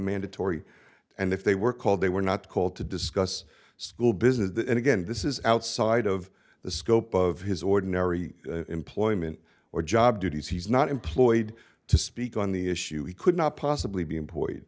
mandatory and if they were called they were not called to discuss school business and again this is outside of the scope of his ordinary employment or job duties he's not employed to speak on the issue he could not possibly be employed